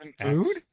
food